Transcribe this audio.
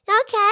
Okay